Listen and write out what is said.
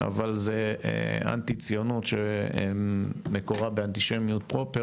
אבל זה אנטי ציונות שמקורה באנטישמיות פרופר